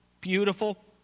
beautiful